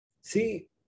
See